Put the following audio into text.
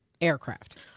aircraft